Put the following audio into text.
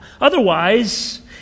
otherwise